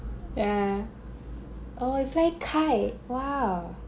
oh you fly kite !wow!